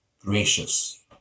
gracious